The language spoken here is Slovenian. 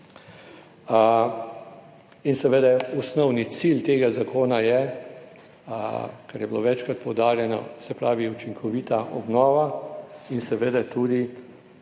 Seveda osnovni cilj tega zakona je, kar je bilo večkrat poudarjeno, se pravi, učinkovita obnova in seveda tudi